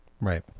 Right